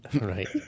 Right